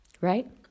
right